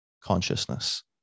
consciousness